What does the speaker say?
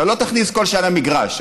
אתה לא תכניס כל שנה מגרש,